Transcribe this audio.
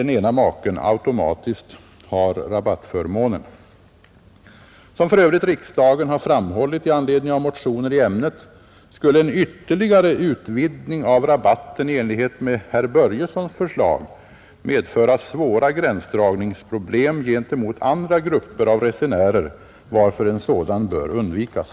Som för övrigt riksdagen har framhållit i anledning av motioner i ämnet skulle en ytterligare utvidgning av rabatten i enlighet med herr Börjessons förslag medföra svåra gränsdragningsproblem gentemot andra grupper av resenärer, varför en sådan bör undvikas.